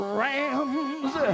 rams